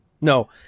No